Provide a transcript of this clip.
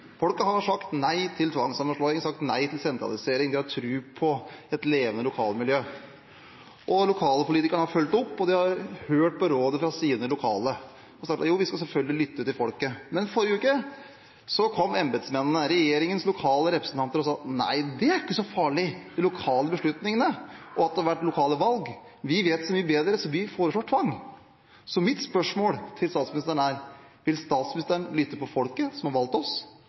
har sagt nei til tvangssammenslåing, har sagt nei til sentralisering – de har tro på et levende lokalmiljø. Lokalpolitikerne har fulgt opp og har hørt på rådet fra sine lokale – jo, vi skal selvfølgelig lytte til folket. Men i forrige uke kom embetsmennene, regjeringens lokale representanter, og sa: Det er ikke så farlig med de lokale beslutningene og det at det har vært lokale valg, vi vet så mye bedre, så vi foreslår tvang. Mitt spørsmål til statsministeren er: Vil statsministeren lytte til folket, som har valgt oss,